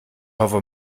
hoffe